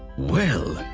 well,